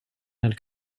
nel